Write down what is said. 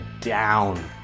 down